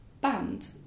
band